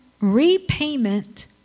repayment